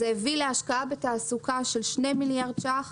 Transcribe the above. מה שהביא לתעסוקה של 2 מיליארד שקלים.